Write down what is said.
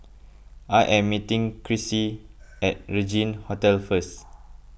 I am meeting Crissy at Regin Hotel first